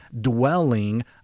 dwelling